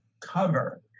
cover